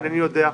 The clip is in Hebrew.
אינני יודע.